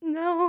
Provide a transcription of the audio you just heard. no